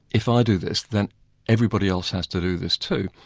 if i do this then everybody else has to do this too.